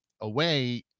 away